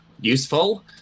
useful